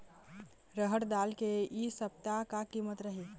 रहड़ दाल के इ सप्ता का कीमत रही?